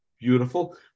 beautiful